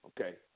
okay